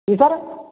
जी sir